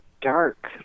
dark